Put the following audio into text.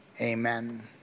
Amen